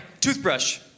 toothbrush